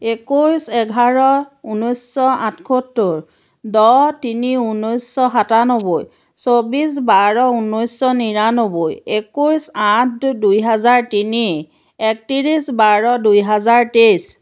একৈছ এঘাৰ উনৈছশ আঠসত্তৰ দহ তিনি উনৈছশ সাতান্নবৈ চৌবিছ বাৰ উনৈছশ নিৰান্নবৈ একৈছ আঠ দুইহাজাৰ তিনি একত্ৰিছ বাৰ দুইহাজাৰ তেইছ